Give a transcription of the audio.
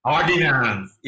Ordinance